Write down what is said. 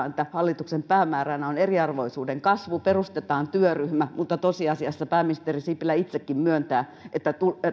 että hallituksen päämääränä on eriarvoisuuden vähentäminen ja perustetaan työryhmä mutta tosiasiassa pääministeri sipilä itsekin myöntää että